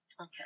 Okay